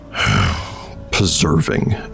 preserving